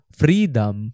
freedom